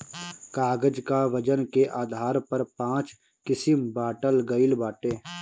कागज कअ वजन के आधार पर पाँच किसिम बांटल गइल बाटे